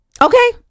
Okay